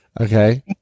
okay